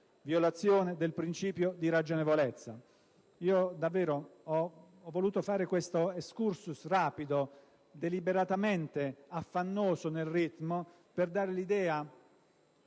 violazione del principio di ragionevolezza. Davvero ho voluto fare questo *excursus* rapido, deliberatamente affannoso nel ritmo, per dare l'idea